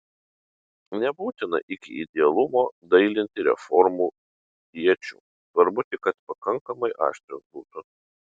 nebūtina iki idealumo dailinti reformų iečių svarbu tik kad pakankamai aštrios būtų